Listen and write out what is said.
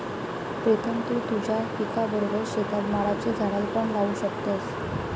प्रीतम तु तुझ्या पिकाबरोबर शेतात माडाची झाडा पण लावू शकतस